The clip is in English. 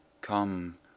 Come